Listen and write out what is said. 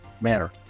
manner